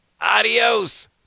Adios